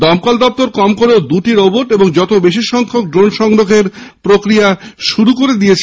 দমকল দফতর কম করেও দুটি রোবট এবং যত বেশী সংখ্যক দ্রোণ সংগ্রহের প্রক্রিয়া শুরু করে দিয়েছে